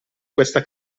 questa